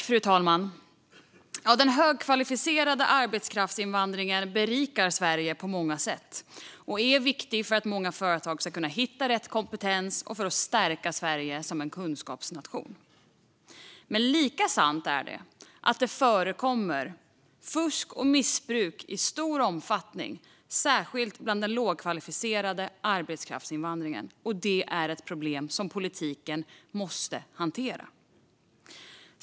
Fru talman! Den högkvalificerade arbetskraftsinvandringen berikar Sverige på många sätt och är viktig för att många företag ska kunna hitta rätt kompetens och för att stärka Sverige som kunskapsnation. Men lika sant är att det förekommer fusk och missbruk i stor omfattning, särskilt när det gäller den lågkvalificerade arbetskraftsinvandringen. Det är ett problem som politiken måste hantera.